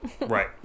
right